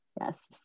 Yes